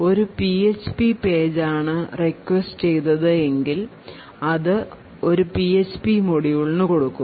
ഒരു PHP page ആണ് request ചെയ്തത് എങ്കിൽ അത് PHP മോഡ്യൂളിന് കൊടുക്കും